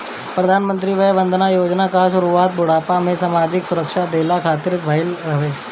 प्रधानमंत्री वय वंदना योजना कअ शुरुआत बुढ़ापा में सामाजिक सुरक्षा देहला खातिर भईल हवे